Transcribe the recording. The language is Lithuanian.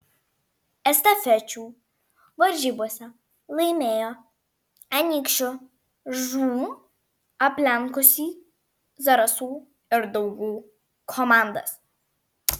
estafečių varžybose laimėjo anykščių žūm aplenkusi zarasų ir daugų komandas